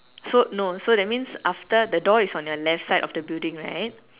so no so that means after the door is on your left side of the building right